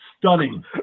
Stunning